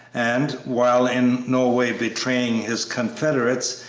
and, while in no way betraying his confederates,